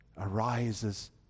arises